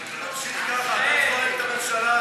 אם תמשיך ככה, אתה תפרק את הממשלה הזאת.